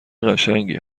قشنگی